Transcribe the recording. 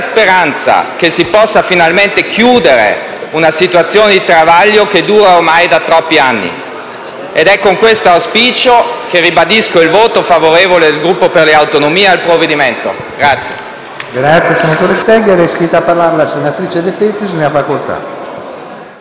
speranza che si possa finalmente chiudere una situazione di travaglio che dura ormai da troppi anni. Ed è con questo auspicio che ribadisco il voto favorevole del Gruppo per le Autonomie al provvedimento in